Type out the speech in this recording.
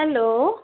hello